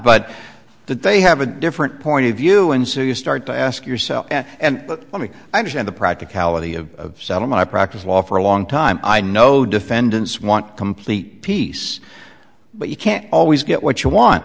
but that they have a different point of view and so you start to ask yourself and let me understand the practicality of settlement i practiced law for a long time i know defendants want complete peace but you can't always get what you want